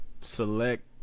select